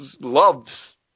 loves